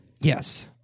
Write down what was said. Yes